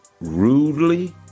rudely